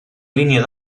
línia